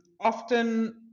often